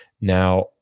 Now